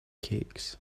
cakes